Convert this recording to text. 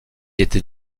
était